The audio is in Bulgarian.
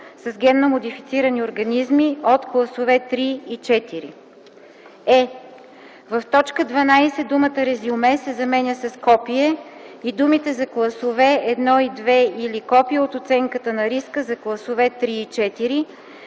с генно модифицирани организми от класове 3 и 4”; е) в т. 12 думата „резюме” се заменя „копие” и думите „за класове 1 и 2 или копие от оценката на риска за класове 3 и 4”